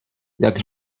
jak